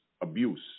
abuse